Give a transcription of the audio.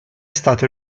stato